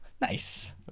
nice